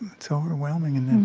it's ah overwhelming and in